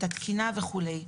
את התקינה וכולי.